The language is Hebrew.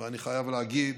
ואני חייב להגיד,